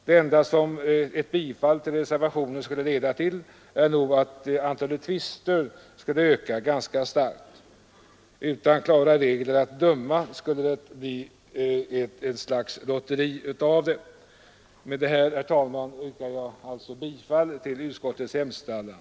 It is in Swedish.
Det enda som ett bifall till reservationen skulle leda till är nog att antalet tvister skulle öka ganska starkt. Utan klara regler att döma efter skulle det bara bli ett slags lotteri. Med detta, herr talman, yrkar jag bifall till utskottets hemställan.